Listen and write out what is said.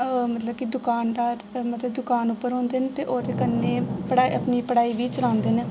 अ मतलब कि दकानदार मतलब दकान उप्पर होंदे न ते ओह्दे कन्नै पढ़ा अपनी पढ़ाई बी चलांदे न